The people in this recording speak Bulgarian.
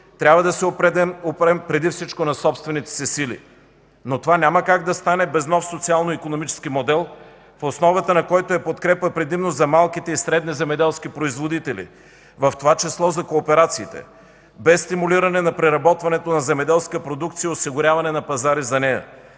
трябва да се опрем преди всичко на собствените си сили. Но това няма как да стане без нов социално-икономически модел, в основата на който е подкрепа предимно за малките и средни земеделски производители, в това число за кооперациите, без стимулиране на преработването на земеделска продукция и осигуряване на пазари за нея.